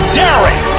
daring